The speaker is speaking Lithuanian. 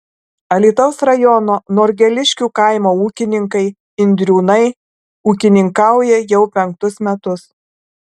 alytaus rajono norgeliškių kaimo ūkininkai indriūnai ūkininkauja jau penktus metus